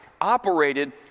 operated